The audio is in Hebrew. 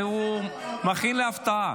והוא מכין לי הפתעה.